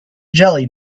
jelly